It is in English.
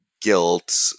guilt